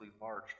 large